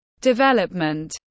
development